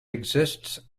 exists